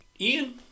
Ian